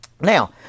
Now